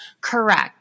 Correct